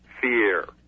fear